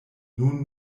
nun